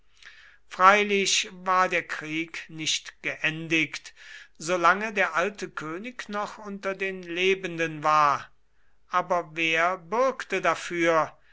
freilich war der krieg nicht geendigt solange der alte könig noch unter den lebenden war aber wer bürgte dafür